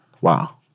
Wow